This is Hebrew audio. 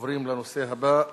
עוברים לנושא הבא: